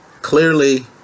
clearly